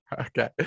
Okay